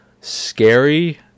scary